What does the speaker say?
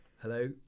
Hello